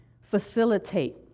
facilitate